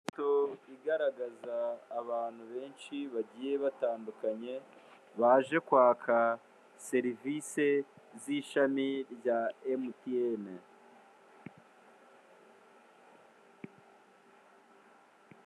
Igaragaza abantu benshi bagiye batandukanye, baje kwaka serivisi z'ishami rya emutiyeni.